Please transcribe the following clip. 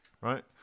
right